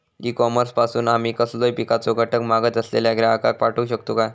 E commerce पासून आमी कसलोय पिकाचो घटक मागत असलेल्या ग्राहकाक पाठउक शकतू काय?